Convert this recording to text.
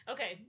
Okay